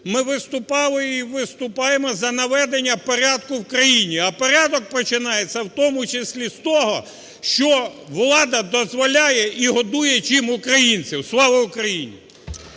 Ми виступали і виступаємо за наведення порядку в країні, а порядок починається, в тому числі з того, що влада дозволяє і годує чим українців. Слава Україні!